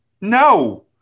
No